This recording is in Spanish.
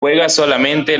solamente